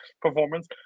performance